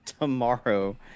tomorrow